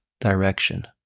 direction